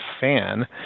fan